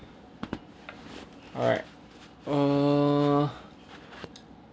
alright err